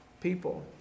people